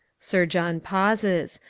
sir john pauses.